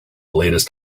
latest